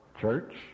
Church